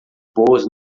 boas